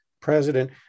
president